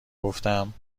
گفتم